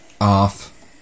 off